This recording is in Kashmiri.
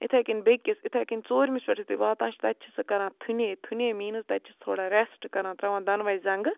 یِتھَے کٔنۍ بیٚکِس یِتھے کٔنۍ ژوٗرمِس پٮ۪ٹھ یُتھُے واتان چھِ تَتہِ چھِ سُہ کَران تھُنے تھُنے میٖنٕز تَتہِ چھِس تھوڑا رٮ۪سٹ کَران ترٛاوان دۄنوَے زَنٛگہٕ